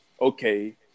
Okay